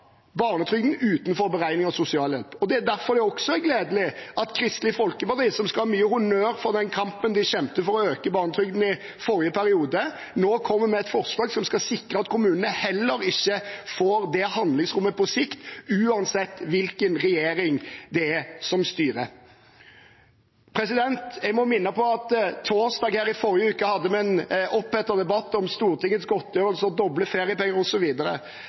barnetrygden utenfor beregningen av sosialhjelp. Derfor er det også gledelig at Kristelig Folkeparti, som skal ha mye honnør for den kampen de kjempet for å øke barnetrygden i forrige periode, nå kommer med et forslag som skal sikre at kommunene heller ikke får det handlingsrommet på sikt, uansett hvilken regjering som styrer. Jeg må minne om at torsdag i forrige uke hadde vi en opphetet debatt om Stortingets godtgjørelser og doble feriepenger